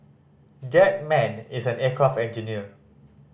that man is an aircraft engineer